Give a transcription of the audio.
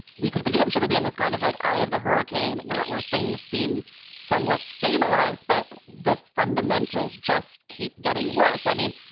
we could potentially be in this kind of like eye of the hurricane where it where things seem somewhat stabilized, but the fundamentals just keep getting worse. i mean,